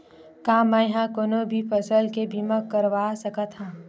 का मै ह कोनो भी फसल के बीमा करवा सकत हव?